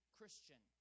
Christian